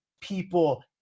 people